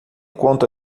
conta